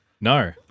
No